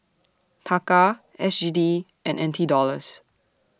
Taka S G D and N T Dollars